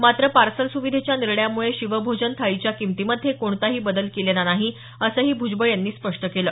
मात्र पार्सल सुविधेच्या निर्णयामुळे शिवभोजन थाळीच्या किंमतीमध्ये कोणताही बदल केलेला नाही असंही भ्जबळ यांनी स्पष्ट केलं